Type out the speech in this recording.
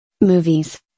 Movies